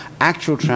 actual